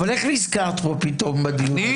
אבל איך נזכרת בו פתאום בדיון?